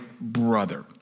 brother